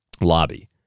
lobby